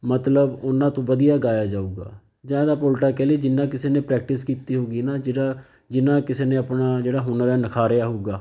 ਮਤਲਬ ਉਨਾਂ ਕੁ ਵਧੀਆ ਗਾਇਆ ਜਾਵੇਗਾ ਜਾਂ ਆਪਾਂ ਇਹਦਾ ਉਲਟਾ ਕਹਿ ਲਈਏ ਜਿੰਨਾਂ ਕਿਸੇ ਨੇ ਪ੍ਰੈਕਟਿਸ ਕੀਤੀ ਹੋਵੇਗੀ ਨਾ ਜਿਹੜਾ ਜਿੰਨਾਂ ਕਿਸੇ ਨੇ ਆਪਣਾ ਜਿਹੜਾ ਹੁਨਰ ਆ ਨਿਖਾਰਿਆ ਹੋਵੇਗਾ